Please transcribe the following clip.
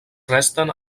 resten